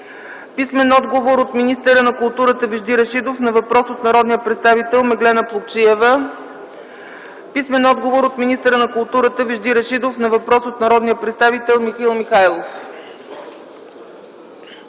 Писмен отговор от министъра на културата Вежди Рашидов на въпрос от народния представител Меглена Плугчиева. Писмен отговор от министъра на културата Вежди Рашидов на въпрос от народния представител Михаил Михайлов.